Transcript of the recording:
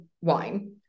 wine